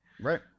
Right